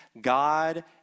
God